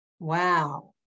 Wow